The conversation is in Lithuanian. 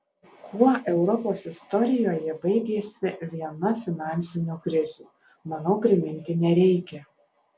kuo europos istorijoje baigėsi viena finansinių krizių manau priminti nereikia